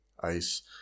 Ice